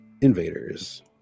invaders